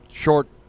Short